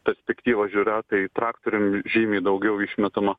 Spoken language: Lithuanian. perspektyvą žiūriu tai traktorium žymiai daugiau išmetama